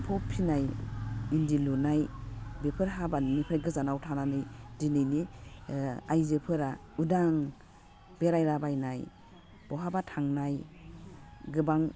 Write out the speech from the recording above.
एम्फौ फिसिनाय इन्दि लुनाय बेफोर हाबानिफ्राय गोजानाव थानानै दिनैनि आइजोफोरा उदां बेरायलाबायनाय बहाबा थांनाय गोबां